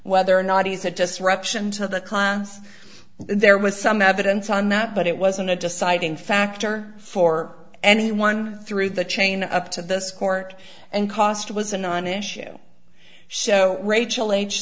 whether or not he is a disruption to the class there was some evidence on that but it wasn't a deciding factor for anyone through the chain up to this court and cost was a non issue show rachel age